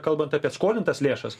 kalbant apie skolintas lėšas